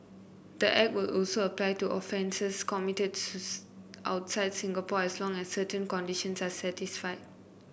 the Act will also apply to offences committed outside Singapore as long as certain conditions are satisfied